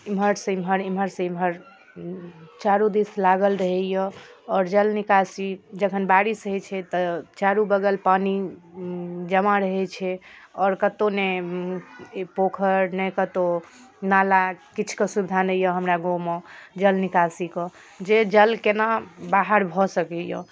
एम्हर सँ एम्हर एम्हर सँ एम्हर चारू दिस लागल रहै यऽ आओर जल निकासी जखन बारिश होइ छै तऽ चारू बगल पानि जमा रहै छै आओर कतौ नहि ई पोखरि ने कतौ नाला किछुके सुविधा नहि यऽ हमरा गाँवमे जल निकासीके जे जल केना बाहर भऽ सकैय